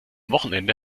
wochenende